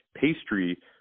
pastry